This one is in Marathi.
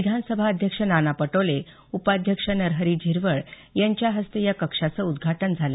विधानसभा अध्यक्ष नाना पटोले उपाध्यक्ष नरहरी झिरवळ यांच्या हस्ते या कक्षाचं उद्धाटन झालं